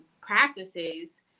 practices